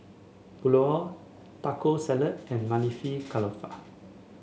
Pulao Taco Salad and Maili Kofta